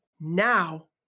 now